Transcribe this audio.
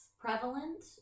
prevalent